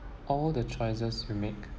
all the choices you make